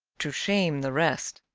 to shame the rest,